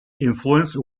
influence